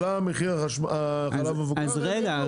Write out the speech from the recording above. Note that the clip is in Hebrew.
עלה המחיר של החלב המפוקח --- אז רגע,